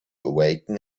awaken